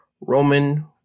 Roman